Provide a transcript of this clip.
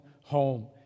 home